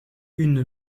une